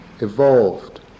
evolved